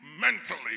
mentally